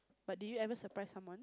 but do you ever surprise someone